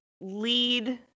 lead